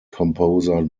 composer